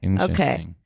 Okay